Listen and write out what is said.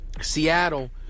Seattle